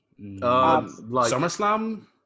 SummerSlam